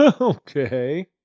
Okay